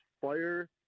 fire